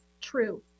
true